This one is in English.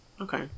Okay